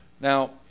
Now